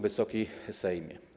Wysoki Sejmie!